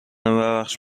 ببخش